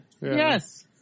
Yes